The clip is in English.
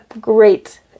great